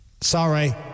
Sorry